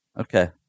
Okay